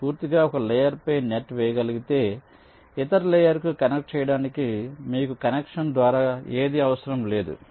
మీరు పూర్తిగా ఒకే లేయర్ పై నెట్ వేయగలిగితే ఇతర లేయర్ కు కనెక్ట్ చేయడానికి మీకు కనెక్షన్ ద్వారా ఏదీ అవసరం లేదు